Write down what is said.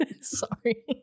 Sorry